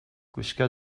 gwisga